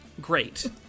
Great